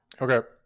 okay